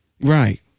Right